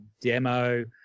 demo